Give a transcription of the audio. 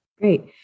Great